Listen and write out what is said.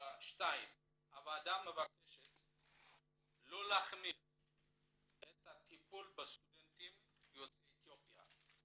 2. הוועדה מבקשת לא להחמיר את הטיפול בסטודנטים יוצאי אתיופיה,